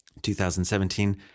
2017